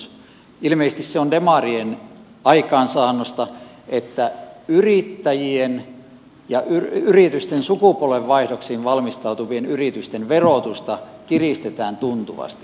ilmeisesti se on demarien aikaansaannosta että yrittäjien ja sukupolvenvaihdoksiin valmistautuvien yritysten verotusta kiristetään tuntuvasti